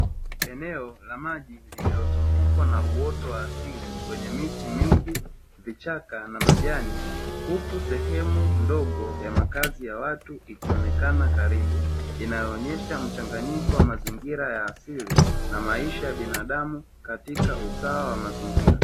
Eneo la maji lililozungukwa na uoto wa asili wenye miti mingi, vichaka na majani huku sehemu ndogo ya makazi ya watu ikionekana karibu, inayoonyesha mchanganyiko wa mazingira ya asili na maisha ya binadamu katika usawa wa mazingira.